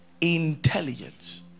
Intelligence